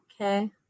Okay